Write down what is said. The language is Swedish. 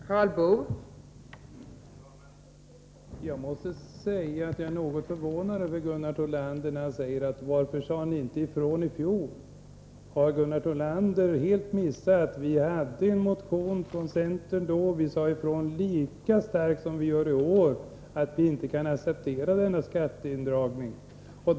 Fru talman! Jag måste säga att det förvånar mig något att Gunnar Thollander säger: Varför sade ni inte ifrån i fjol? Har Gunnar Thollander helt missat att vi då väckte en motion från centern? Vi sade ifrån lika starkt som vi gör i år att vi inte kan acceptera denna skatteindragning.